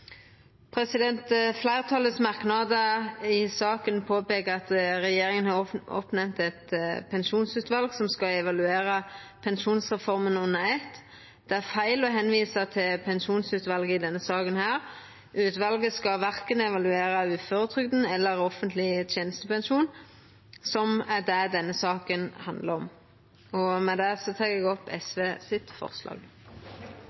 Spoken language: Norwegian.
i saka påpeiker at regjeringa har oppnemnt eit pensjonsutval som skal evaluera pensjonsreforma under eitt. Det er feil å visa til pensjonsutvalet i denne saka. Utvalet skal verken evaluera uføretrygda eller offentleg tenestepensjon, som er det denne saka handlar om. Med det tek eg opp